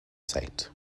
sight